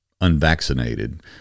unvaccinated